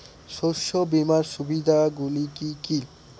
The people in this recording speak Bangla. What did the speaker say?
শস্য বিমার সুবিধাগুলি কি কি?